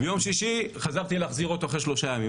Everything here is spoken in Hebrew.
וביום שישי חזרתי להחזיר אותו אחרי שלושה ימים.